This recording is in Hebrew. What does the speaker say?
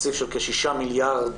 תקציב של כ-6 מיליארד